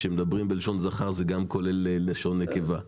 וכשמדברים בלשון זכר זה גם כולל לשון נקבה.